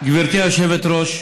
גברתי היושבת-ראש,